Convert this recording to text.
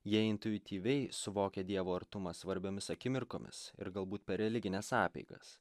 jie intuityviai suvokia dievo artumą svarbiomis akimirkomis ir galbūt per religines apeigas